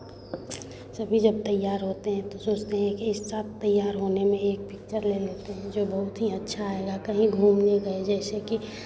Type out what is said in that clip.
सभी जब तैयार होते हैं तो सोचते हैं कि सब तैयार होने में एक पिक्चर ले लेते हैं जो बहुत ही अच्छा आएगा कहीं घूमने गए जैसे कि